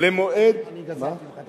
כמה אני גזלתי ממך?